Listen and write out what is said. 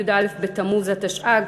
י"א בתמוז התשע"ג,